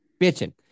bitching